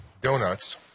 donuts